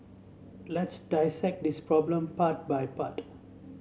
let's dissect this problem part by part